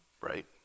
right